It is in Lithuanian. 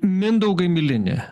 mindaugai milini